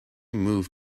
move